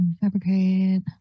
Fabricate